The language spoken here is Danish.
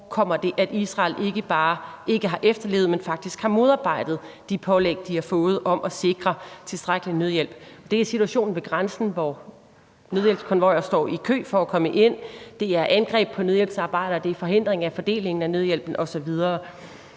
forekommer det, at Israel ikke bare ikke har efterlevet, men faktisk har modarbejdet de pålæg, de har fået om at sikre tilstrækkelig nødhjælp. Det er situationen ved grænsen, hvor nødhjælpskonvojer står i kø for at komme ind, det er angreb på nødhjælpsarbejdere, det er forhindring af fordelingen af nødhjælpen, osv.